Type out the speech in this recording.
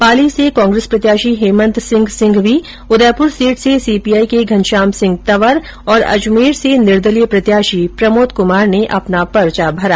पाली से कांग्रेस प्रत्याषी हेमन्त सिंह सिंघवी उदयपुर सीट से सीपीआई के घनष्याम सिंह तंवर और अजमेर से निदर्लीय प्रत्याशी प्रमोद कुमार ने अपना पर्चा भरा